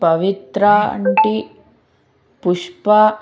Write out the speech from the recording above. Pavithra aunty Pushpa